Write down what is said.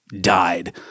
died